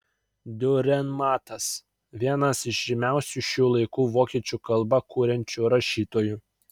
diurenmatas vienas iš žymiausių šių laikų vokiečių kalba kuriančių rašytojų